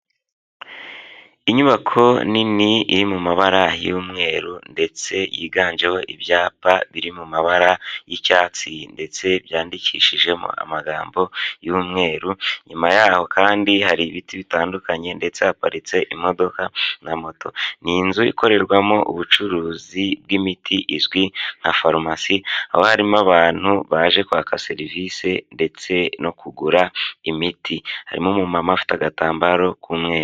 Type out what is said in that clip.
Inyubako nini iri mu mabara y'umweru ndetse yiganjemo ibyapa biri mu mabara y'icyatsi ndetse byandikishijemo amagambo y'umweru, inyuma yaho kandi hari ibiti bitandukanye ndetse haparitse imodoka na moto, ni inzu ikorerwamo ubucuruzi bw'imiti izwi nka forumasi, aho harimo abantu baje kwaka serivisi ndetse no kugura imiti, harimo umumama ufite agatambaro k'umweru.